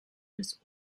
des